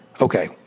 okay